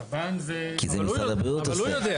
כי זה משרד הבריאות עושה.